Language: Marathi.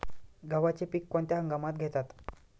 गव्हाचे पीक कोणत्या हंगामात घेतात?